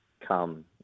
come